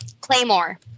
Claymore